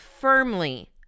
firmly